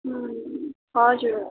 हजुर